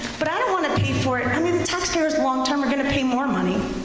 but i don't want to pay for it. i mean, taxpayers longterm are gonna pay more money.